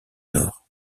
nord